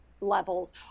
levels